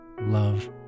love